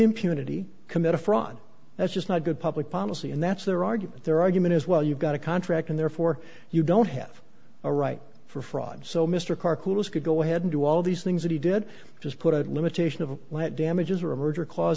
fraud that's just not good public policy and that's their argument their argument is well you've got a contract and therefore you don't have a right for fraud so mr clark was could go ahead and do all these things that he did just put a limitation of damages or a merger clause